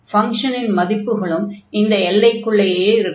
ஃபங்ஷனின் மதிப்புகளும் இந்த எல்லைக்குள்ளேயே இருக்கும்